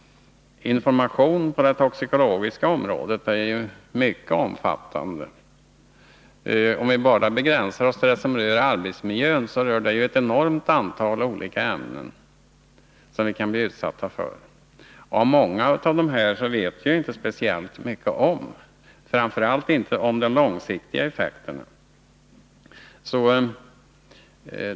Informationen på det toxikologiska området är ju mycket omfattande. Om vi begränsar oss till det som berör arbetsmiljön är det ju fråga om ett enormt antal olika ämnen som vi kan bli utsatta för. Många av dessa ämnen vet vi inte speciellt mycket om, framför allt inte när det gäller de långsiktiga effekterna.